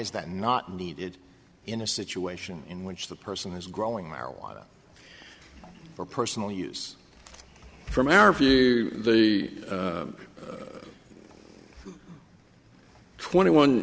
is that not needed in a situation in which the person is growing marijuana for personal use from our view the twenty one